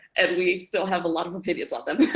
and we still have a lot of opinions on them.